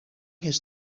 his